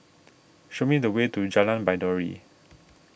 show me the way to Jalan Baiduri